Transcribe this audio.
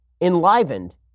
enlivened